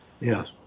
Yes